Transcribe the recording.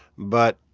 but